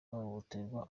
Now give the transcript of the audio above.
bahohoterwa